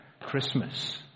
Christmas